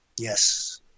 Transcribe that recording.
Yes